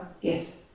Yes